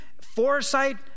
foresight